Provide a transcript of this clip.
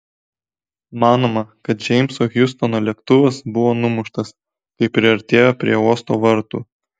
manoma kad džeimso hjustono lėktuvas buvo numuštas kai priartėjo prie uosto vartų